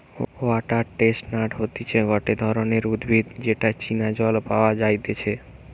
water chestnut হতিছে গটে ধরণের উদ্ভিদ যেটা চীনা জল পাওয়া যাইতেছে